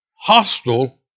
hostile